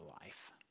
life